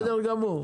בסדר?